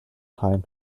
time